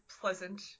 pleasant